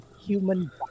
Human